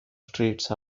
streets